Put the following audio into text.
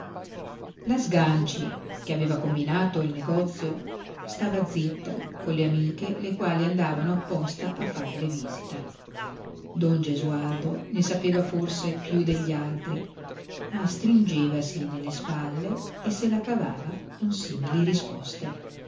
la sganci che aveva combinato il negozio stava zitta colle amiche le quali andavano apposta a farle visita don gesualdo ne sapeva forse più degli altri ma stringevasi nelle spalle e se la cavava con simili risposte